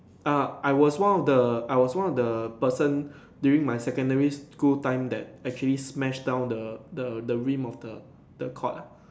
err I was one of the I was one of the person during my secondary school time that actually smash down the the the rim of the the court lah